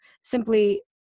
simply